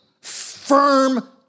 firm